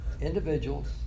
individuals